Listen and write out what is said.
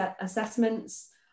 assessments